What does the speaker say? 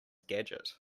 gadget